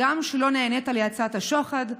הגם שלא נענית להצעת השוחד,